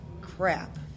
crap